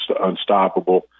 unstoppable